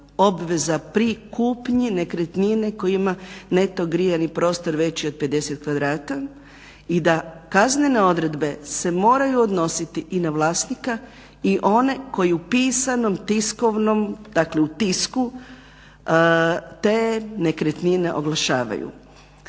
obveza pri kupnji nekretnine koja ima neto grijani prostor veći od 50 kvadrata i da kaznene odredbe se moraju odnositi i na vlasnika i one koji u pisanom, tiskovnom, dakle u tisku te nekretnine oglašavaju.